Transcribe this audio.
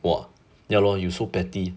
!wah! ya lor you so petty